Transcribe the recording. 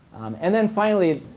and then, finally,